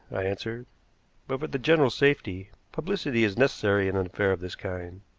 i answered but for the general safety publicity is necessary in an affair of this kind.